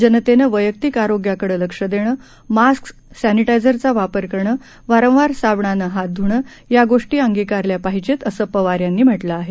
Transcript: जनतेने वैयक्तिक आरोग्याकडे लक्ष देणं मास्क सॅनिटायजरचा वापर करणं वारंवार साबणाने हात ध्रणं या गोष्टी अंगिकारल्या पाहिजेत असं पवार यांनी म्हटले आहे